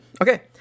okay